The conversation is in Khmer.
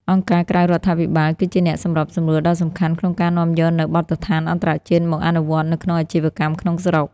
អង្គការក្រៅរដ្ឋាភិបាលគឺជាអ្នកសម្របសម្រួលដ៏សំខាន់ក្នុងការនាំយកនូវ "បទដ្ឋានអន្តរជាតិ" មកអនុវត្តនៅក្នុងអាជីវកម្មក្នុងស្រុក។